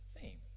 theme